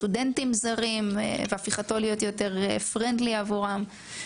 סטודנטים זרים והפיכתו להיות יותר friendly עבורם.